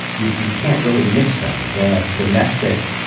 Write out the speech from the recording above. you you can't really mix them the domestic.